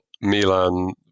Milan